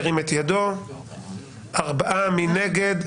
4. מי נגד?